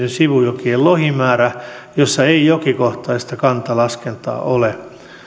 sivujokien lohimääriä joissa ei jokikohtaista kantalaskentaa ole